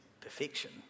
perfection